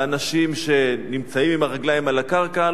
באנשים שנמצאים עם הרגליים על הקרקע,